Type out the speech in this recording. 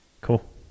cool